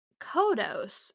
Kodos